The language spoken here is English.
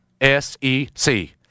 S-E-C